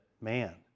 man